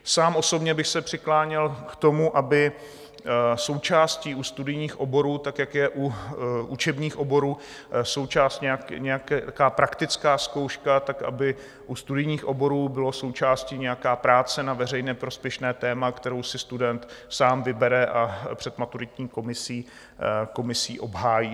Sám osobně bych se přikláněl k tomu, aby součástí u studijních oborů, tak jak je u učebních oborů součástí nějaká praktická zkouška, tak aby u studijních oborů byla součástí nějaká práce na veřejně prospěšné téma, kterou si student sám vybere a před maturitní komisí obhájí.